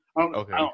Okay